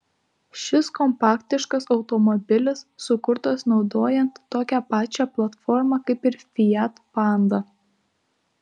šis kompaktiškas automobilis sukurtas naudojant tokią pačią platformą kaip ir fiat panda